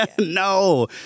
No